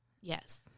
Yes